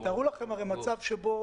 תארו לכם מצב שבו